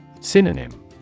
Synonym